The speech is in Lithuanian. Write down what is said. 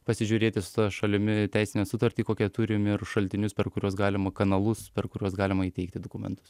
pasižiūrėti su savo šalimi teisinę sutartį kokią turim ir šaltinius per kuriuos galima kanalus per kuriuos galima įteikti dokumentus